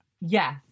Yes